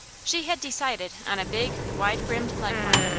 she had decided on a big, wide-brimmed leghorn,